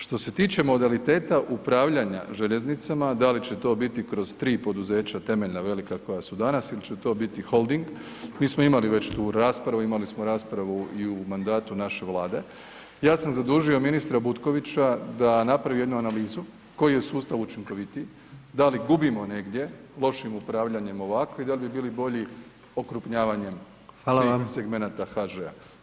Što se tiče modaliteta upravljanja željeznicama, da li će to biti kroz 3 poduzeća temeljna, velika koja su danas ili će to biti holding, mi smo imali već tu raspravu, imali smo raspravu i u mandatu naše Vlade, ja sam zadužio ministra Butkovića da napravi jednu analizu koji je sustav učinkovitiji, da li gubimo negdje lošim upravljanjem ovako i da li bi bili bolji okrupnjavanjem [[Upadica: Hvala vam.]] svih segmenata HŽ-a.